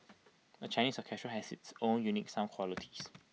A Chinese orchestra has its own unique sound qualities